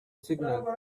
signal